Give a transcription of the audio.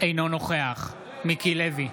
אינו נוכח מיקי לוי,